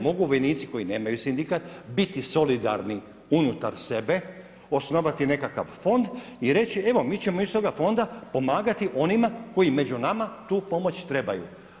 Mogu vojnici koji nemaju sindikat biti solidarni unutar sebe, osnovati nekakav fond i reći – evo mi ćemo iz toga fonda pomagati onima koji među nama tu pomoć trebaju.